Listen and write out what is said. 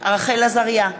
רחל עזריה,